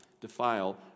defile